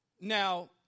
Now